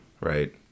Right